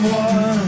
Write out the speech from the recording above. one